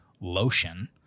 lotion